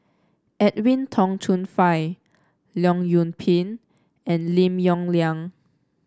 Edwin Tong Chun Fai Leong Yoon Pin and Lim Yong Liang